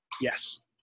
Yes